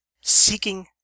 seeking